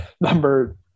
number